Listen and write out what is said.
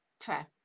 Fair